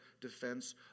defense